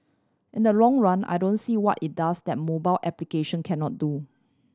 in the long run I don't see what it does that mobile application cannot do